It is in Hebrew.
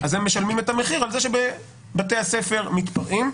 הם משלמים את המחיר על זה שבבתי הספר מתפרעים.